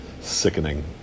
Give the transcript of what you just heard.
sickening